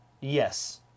Yes